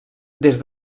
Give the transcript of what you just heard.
des